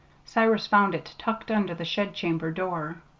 cyrus found it tucked under the shed-chamber door.